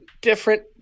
different